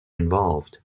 involved